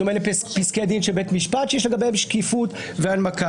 בדומה לפסקי דין של בית משפט שיש לגביהם שקיפות והנמקה.